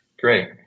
Great